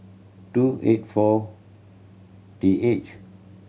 two eight four T H